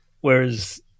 whereas